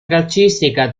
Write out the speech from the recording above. calcistica